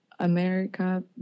America